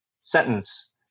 sentence